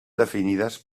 definides